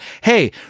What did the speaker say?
hey